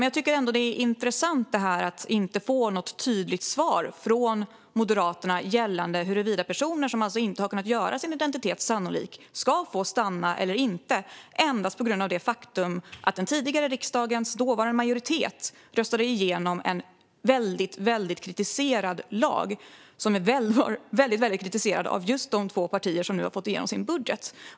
Jag tycker ändå att det är intressant att jag inte får något tydligt svar från Moderaterna gällande huruvida personer som inte har kunnat göra sin identitet sannolik ska få stanna eller inte endast på grund av det faktum att den tidigare riksdagens dåvarande majoritet röstade igenom en väldigt kritiserad lag som är väldigt kritiserad av just de två partier som nu har fått igenom sin budget.